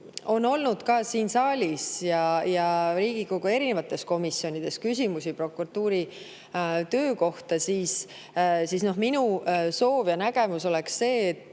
kuivõrd ka siin saalis ja Riigikogu erinevates komisjonides on olnud küsimusi prokuratuuri töö kohta, siis minu soov ja nägemus on see,